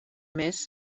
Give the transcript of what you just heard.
més